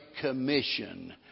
commission